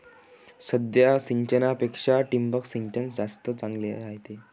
साध्या सिंचनापेक्षा ठिबक सिंचन जास्त चांगले रायते